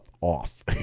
off